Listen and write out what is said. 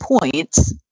points